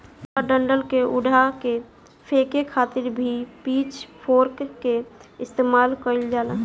खुला डंठल के उठा के फेके खातिर भी पिच फोर्क के इस्तेमाल कईल जाला